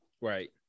right